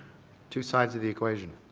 two sides of the equation.